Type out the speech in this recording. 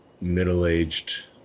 middle-aged